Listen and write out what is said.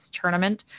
tournament